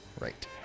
right